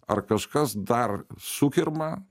ar kažkas dar sukirma